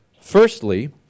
Firstly